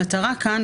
המטרה כאן,